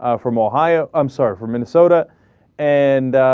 ah from ohio i'm sorry for minnesota and